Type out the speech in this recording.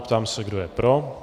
Ptám se, kdo je pro?